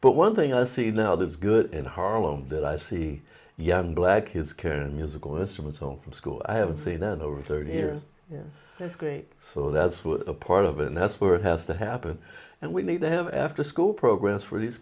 but one thing i see now that is good in harlem that i see young black kids care and musical instruments home from school i haven't seen in over thirty years that's great so that's one part of it and that's where it has to happen and we need to have afterschool programs for these